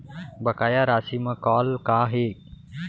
बकाया राशि मा कॉल का हे?